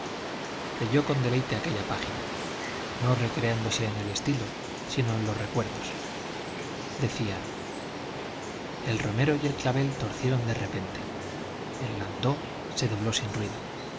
leyó con deleite aquella página no recreándose en el estilo sino en los recuerdos decía el romero y el clavel torcieron de repente el landó se dobló sin ruido